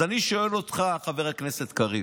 אז אני שואל אותך, חבר הכנסת קריב: